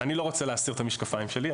אני לא רוצה להסיר את המשקפיים שלי,